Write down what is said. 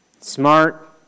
smart